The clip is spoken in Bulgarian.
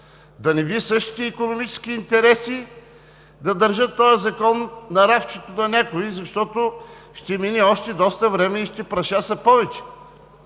Да не би същите икономически интереси да държат този закон на рафтчето на някого, защото ще мине още доста време и ще прашаса повече?!